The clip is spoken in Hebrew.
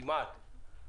כמעט.